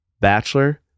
bachelor